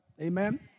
Amen